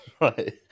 Right